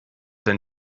dein